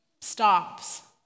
stops